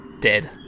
Dead